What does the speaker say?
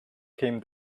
came